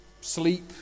sleep